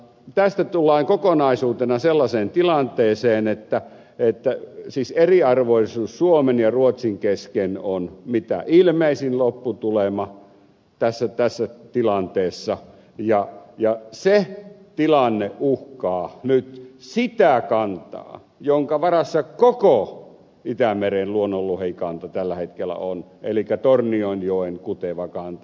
tästä tullaan kokonaisuutena sellaiseen tilanteeseen että siis eriarvoisuus suomen ja ruotsin kesken on mitä ilmeisin lopputulema tässä tilanteessa ja se tilanne uhkaa nyt sitä kantaa jonka varassa koko itämeren luonnonlohikanta tällä hetkellä on elikkä tornionjoen kutevaa kantaa